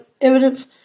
evidence